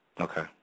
Okay